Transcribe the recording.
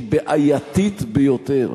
היא בעייתית ביותר.